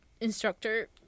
instructor